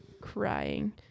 Crying